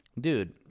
dude